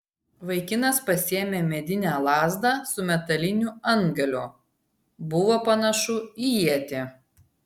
vaikinas pasiėmė medinę lazdą su metaliniu antgaliu buvo panašu į ietį